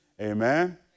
Amen